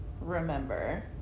remember